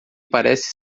parece